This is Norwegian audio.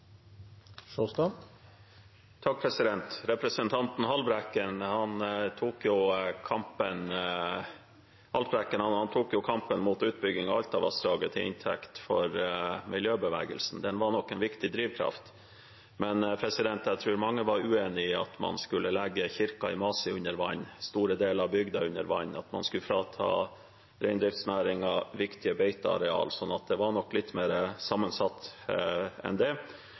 Representanten Haltbrekken tok kampen mot utbygging av Altavassdraget til inntekt for miljøbevegelsen. Den var nok en viktig drivkraft, men jeg tror mange var uenig i at man skulle legge kirken i Masi og store deler av bygda under vann – at man skulle frata reindriftsnæringen viktige beiteareal. Det var nok litt mer sammensatt enn det.